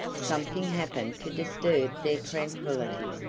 something happened to disturb their tranquillity.